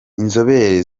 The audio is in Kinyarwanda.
inzobere